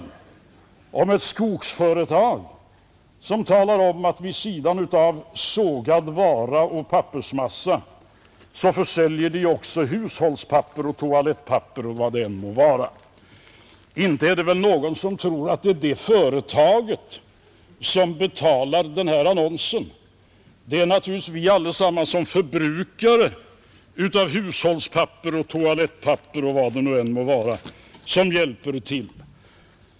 Där talar ett skogsföretag om att man vid sidan av sågad vara och pappersmassa också försäljer hushållspapper, toalettpapper och vad det än må vara. Inte är det väl någon som tror att det företaget betalar annonsen. Det är naturligtvis vi allesammans som förbrukare av hushållspapper, toalettpapper osv. som hjälper till.